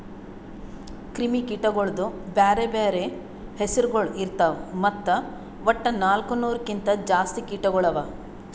ಕ್ರಿಮಿ ಕೀಟಗೊಳ್ದು ಬ್ಯಾರೆ ಬ್ಯಾರೆ ಹೆಸುರಗೊಳ್ ಇರ್ತಾವ್ ಮತ್ತ ವಟ್ಟ ನಾಲ್ಕು ನೂರು ಕಿಂತ್ ಜಾಸ್ತಿ ಕೀಟಗೊಳ್ ಅವಾ